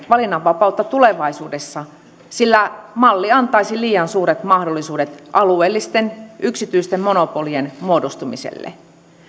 valinnanvapautta tulevaisuudessa sillä malli antaisi liian suuret mahdollisuudet alueellisten yksityisten monopolien muodostumiselle